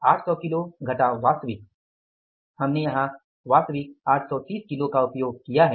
800 kilo घटाव वास्तविक हमने यहाँ वास्तविक 830 किलो उपयोग किया है